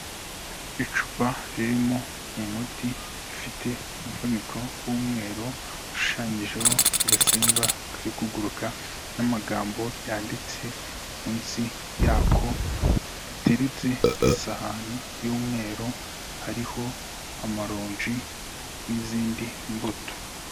Icupa ririmo umuti rifite umufuniko w'umweru ushushanyijeho agasimba kari kuguruka n'amagambo yanditse munsi yako biteretse ku isahani y'umweru hariho amaronji n'izindi mbuto.